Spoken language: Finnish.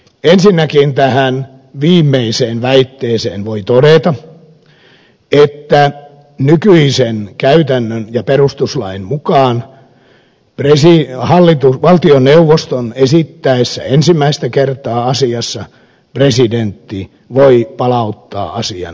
ensinnäkin tähän viimeiseen väitteeseen voin todeta että nykyisen käytännön ja perustuslain mukaan valtioneuvoston esittäessä ensimmäistä kertaa asian presidentti voi palauttaa asian uudelleen valmisteluun